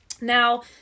Now